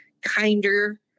kinder